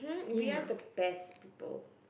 we're the best both